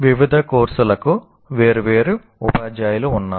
వివిధ కోర్సులకు వేర్వేరు ఉపాధ్యాయులు ఉన్నారు